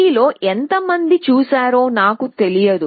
మీలో ఎంతమంది చూశారో నాకు తెలియదు